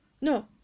No